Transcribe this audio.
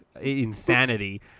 insanity